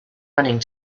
running